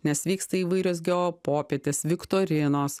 nes vyksta įvairios geopopietės viktorinos